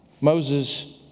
Moses